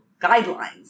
guidelines